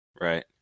right